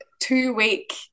two-week